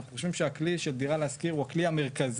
אנחנו חושבים שהכלי של דירה להשכיר הוא הכלי המרכזי,